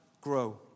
grow